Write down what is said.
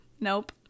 Nope